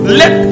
let